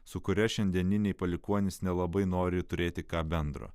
su kuria šiandieniniai palikuonys nelabai nori turėti ką bendro